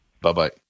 Bye-bye